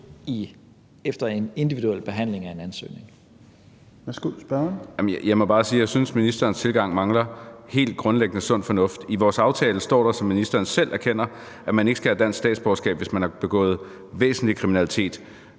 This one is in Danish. Marcus Knuth (KF): Jeg må bare sige, at jeg synes, at ministerens tilgang helt grundlæggende mangler sund fornuft. I vores aftale står der, som ministeren selv erkender, at man ikke skal have dansk statsborgerskab, hvis man har begået væsentlig kriminalitet.